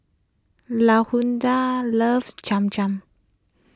Lashunda loves Cham Cham